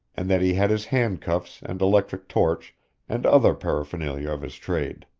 and that he had his handcuffs and electric torch and other paraphernalia of his trade.